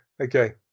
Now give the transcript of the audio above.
okay